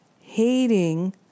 hating